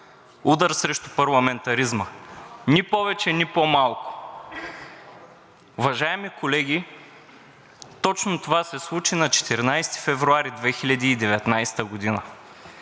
удар срещу парламентаризма – ни повече, ни по-малко. Уважаеми колеги, точно това се случи на 14 февруари 2019 г.